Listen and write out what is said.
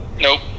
Nope